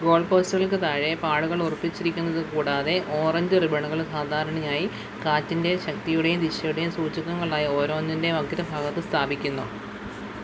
goal പോസ്റ്റുകൾക്ക് താഴെ പാടുകൾ ഉറപ്പിച്ചിരിക്കുന്നത് കൂടാതെ ഓറഞ്ച് റിബണുകൾ സാധാരണയായി കാറ്റിന്റെ ശക്തിയുടേയും ദിശയുടേയും സൂചകങ്ങളായി ഓരോന്നിന്റെയും അഗ്രഭാഗത്ത് സ്ഥാപിക്കുന്നു